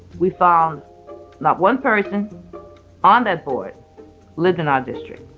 we found not one person on that board lived in our district.